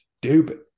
stupid